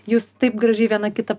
jūs taip gražiai viena kitą